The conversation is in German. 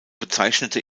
bezeichnete